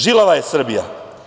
Žilava je Srbija.